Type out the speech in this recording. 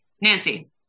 nancy